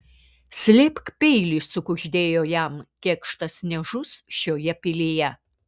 slėpk peilį sukuždėjo jam kėkštas nežus šioje pilyje